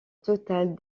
totale